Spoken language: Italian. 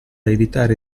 evitare